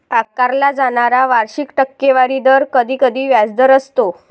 आकारला जाणारा वार्षिक टक्केवारी दर कधीकधी व्याजदर असतो